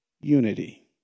unity